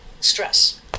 stress